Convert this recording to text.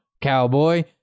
cowboy